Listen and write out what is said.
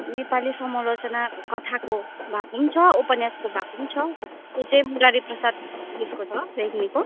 नेपाली समोलोचना कथाको भएको छ उपन्यासको भएको छ त्यो चाहिँ मुरारी प्रसाद उयसको छ रेग्मीको